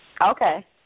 Okay